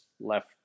left